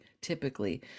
typically